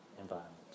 environment